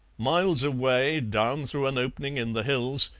miles away, down through an opening in the hills,